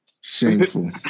Shameful